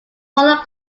polo